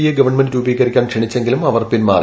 യെ ഗവൺമെന്റ് രൂപീകരിക്കാൻ ക്ഷണിച്ചുവെങ്കിലും അവർ പിൻമാറി